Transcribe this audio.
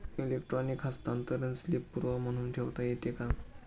electronic हस्तांतरण slip पुरावा म्हणून ठेवता येते